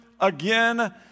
again